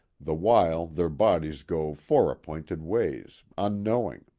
the while their bodies go fore-appointed ways, unknowing.